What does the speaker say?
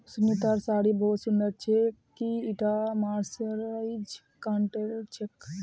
सुनीतार साड़ी बहुत सुंदर छेक, की ईटा मर्सराइज्ड कॉटनेर छिके